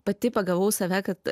pati pagavau save kad